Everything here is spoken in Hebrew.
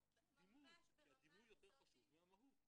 כי הדימוי יותר חשוב מהמהות.